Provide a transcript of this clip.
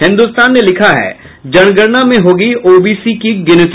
हिन्दुस्तान ने लिखा है जनगणना में होगी ओबीसी की गिनती